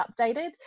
updated